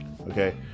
okay